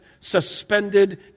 suspended